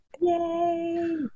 Yay